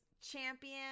champion